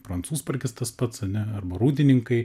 prancūzparkis tas pats ane arba rūdininkai